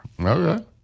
Okay